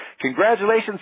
Congratulations